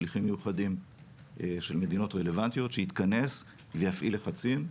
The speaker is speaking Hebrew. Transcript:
שליחים מיוחדים של מדינות רלוונטיות שיתכנס ויפעיל לחצים.